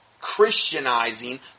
Christianizing